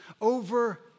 over